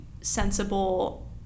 sensible